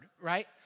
right